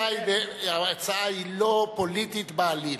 ההצעה היא לא פוליטית בעליל.